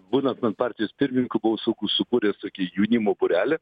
būnant man partijos pirmininku buvo suku sukūręs tokį jaunimo būrelį